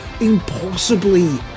impossibly